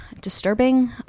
disturbing